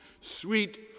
Sweet